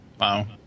Wow